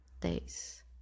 days